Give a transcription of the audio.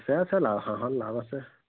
আছে আছে লাউ লাউ আছে